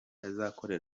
azakora